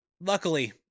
Luckily